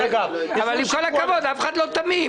עם כל הכבוד, אף אחד לא תמים.